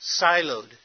siloed